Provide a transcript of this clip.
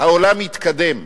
העולם התקדם,